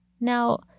Now